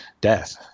death